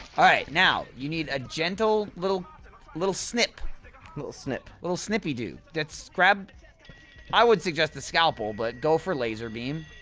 alright! now, you need a gentle, little little snip little snip little snippy-doo that's grab i would suggest a scalpel, but, go for laser beam